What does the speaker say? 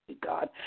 God